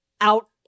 out